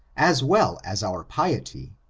as well as our piety,